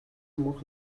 мөнх